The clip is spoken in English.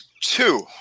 two